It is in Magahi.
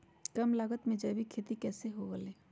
कम लागत में जैविक खेती कैसे हुआ लाई?